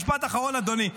משפט אחרון, אדוני.